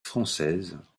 française